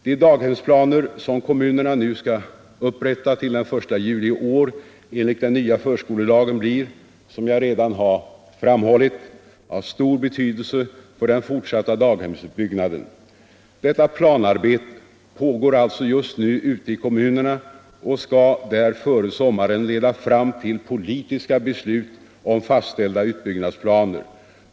De daghemsplaner som kommunerna nu skall upprätta till den 1 juli i år, enligt den nya förskolelagen, blir — som jag redan framhållit — av stor betydelse för den fortsatta daghemsutbyggnaden. Detta planarbete pågår alltså just nu ute i kommunerna och skall där före sommaren leda fram till politiska beslut om fastställda utbyggnadsplaner.